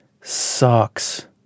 sucks